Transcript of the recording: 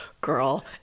girl